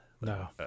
No